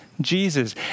Jesus